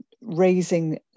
raising